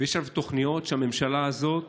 ויש עליו תוכניות שהממשלה הזאת